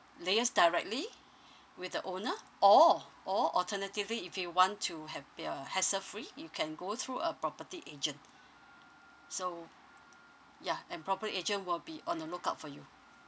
liaise directly with the owner or or alternatively if you want to have y~ uh hassle free you can go through a property agent so yeah and property agent will be on the lookout for you